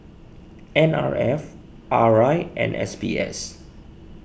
N R F R I and S B S